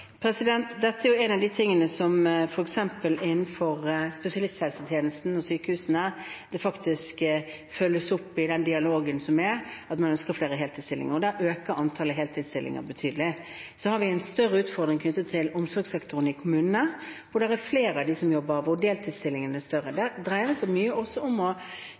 Dette er noe av det som f.eks. innenfor spesialisthelsetjenesten og sykehusene følges opp i den dialogen som finner sted, om at man ønsker flere heltidsstillinger. Der øker antallet heltidsstillinger betydelig. Vi har en større utfordring knyttet til omsorgssektoren i kommunene, hvor det er flere som jobber deltid. Dette dreier seg også mye om å få til en god turnusplanlegging, som gjør at man klarer å bygge heltidsstillinger. Det dreier seg om å